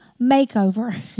makeover